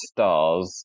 Stars